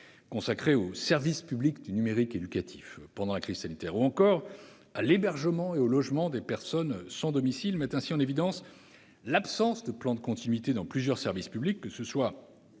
consacrés au service public du numérique éducatif pendant la crise sanitaire ou encore à l'hébergement et au logement des personnes sans domicile mettent ainsi en évidence l'absence de plan de continuité dans plusieurs services publics, que ce soit